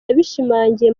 yabishimangiye